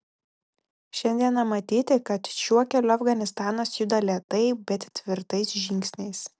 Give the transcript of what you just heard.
šiandieną matyti kad šiuo keliu afganistanas juda lėtai bet tvirtais žingsniais